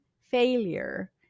failure